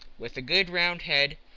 with a good round head,